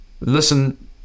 listen